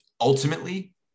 ultimately